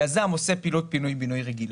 היזם עושה פינוי-בינוי רגיל